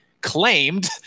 claimed